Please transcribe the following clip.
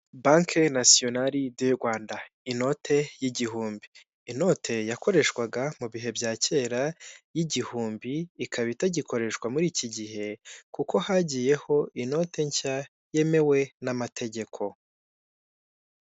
Banke Nasiyonali do Rwanda, inote y'igihumbi. Inote yakoreshwaga mu bihe bya kera y'igihumbi, ikaba itagikoreshwa muri iki gihe, kuko hagiyeho inote nshya yemewe n'amategeko.